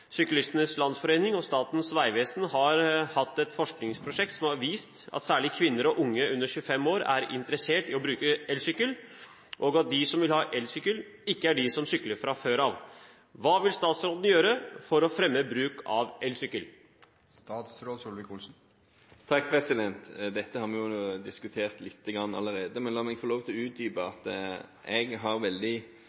Syklistenes Landsforening og Statens vegvesen har hatt et forskningsprosjekt som har vist at særlig kvinner og unge under 25 år er interessert i å bruke elsykkel, og at de som vil ha elsykkel, ikke er de som sykler fra før av. Hva vil statsråden gjøre for å fremme bruk av elsykkel?» Dette har vi jo diskutert lite grann allerede, men la meg få lov til å utdype